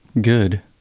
good